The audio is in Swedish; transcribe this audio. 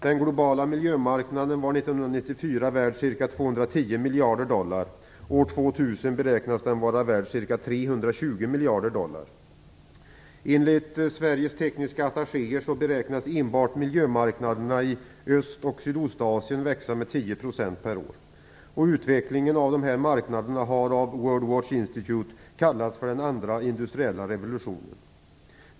Den globala miljömarknaden var 1994 värd ca 210 miljarder dollar. År 2000 beräknas den vara värd ca 320 miljarder dollar. Enligt Sveriges tekniska attachéer beräknas enbart miljömarknaderna i Öst och Sydostasien växa med 10 % per år. Utvecklingen av de här marknaderna har av World Watch Institute kallats den andra industriella revolutionen.